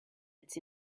its